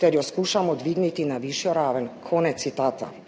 ter jo skušamo dvigniti na višjo raven.« Kot vidite,